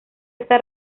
está